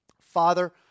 Father